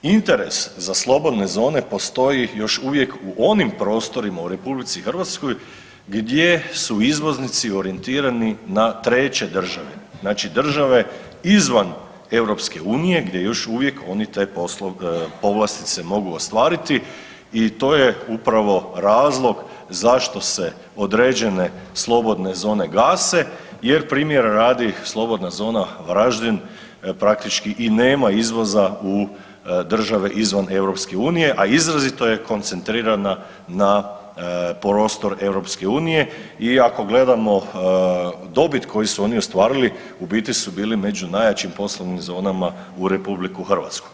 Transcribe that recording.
Interes za slobodne zone postoji još uvijek u onim prostorima u RH gdje su izvoznici orijentirani na treće države, znači države izvan EU gdje još uvijek oni te povlastice mogu ostvariti i to je upravo razlog zašto se određene slobodne zone gase jer primjera radi slobodna zona Varaždin praktički i nema izvoza u države izvan EU, a izrazito je koncentrirana na prostor EU i ako gledamo dobit koju su oni ostvarili u biti su bili među najjačim poslovnim zonama u RH.